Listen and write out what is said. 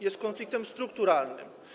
Jest konfliktem strukturalnym.